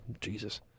Jesus